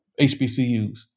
HBCUs